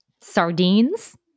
sardines